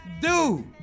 dude